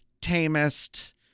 tamest